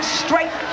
straight